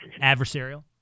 adversarial